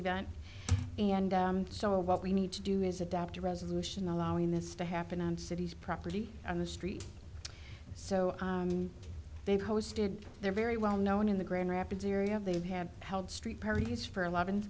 event and so what we need to do is adopt a resolution allowing this to happen on cities property on the street so they've hosted their very well known in the grand rapids area they've had held street parties for eleven